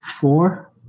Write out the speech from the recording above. four